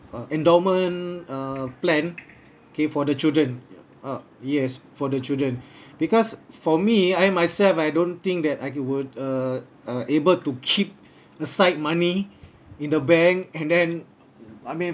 uh endowment uh plan K for the children uh yes for the children because for me I myself I don't think that I would err uh able to keep a side money in the bank and then I mean